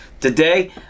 today